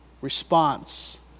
response